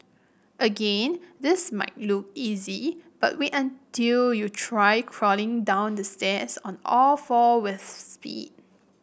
again this might look easy but wait until you try crawling down the stairs on all four with speed